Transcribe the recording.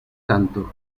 tanto